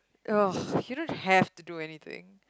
ugh you don't have to do anything